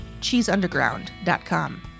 cheeseunderground.com